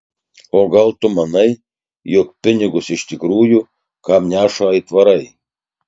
o gal tu manai jog pinigus iš tikrųjų kam neša aitvarai